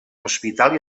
hospital